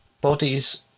bodies